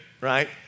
right